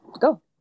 go